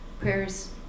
prayers